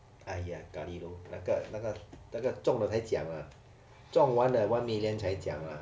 !aiya! galilo 那个那个那个种了才讲啦种完了 one million 才讲啦